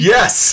Yes